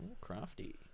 Crafty